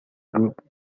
group